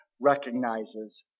recognizes